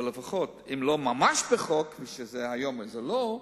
אבל לפחות אם לא ממש בחוק, והיום זה לא,